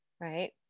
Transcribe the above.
Right